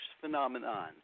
phenomenon